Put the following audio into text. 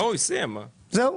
זהו.